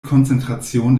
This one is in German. konzentration